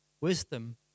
Wisdom